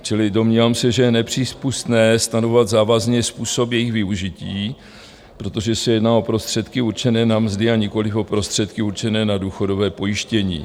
Čili domnívám se, že je nepřípustné stanovovat závazný způsob jejich využití, protože se jedná o prostředky určené na mzdy, a nikoliv o prostředky určené na důchodové pojištění.